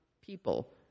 people